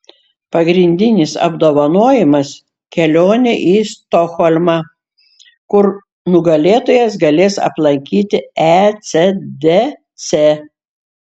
pagrindinis apdovanojimas kelionė į stokholmą kur nugalėtojas galės aplankyti ecdc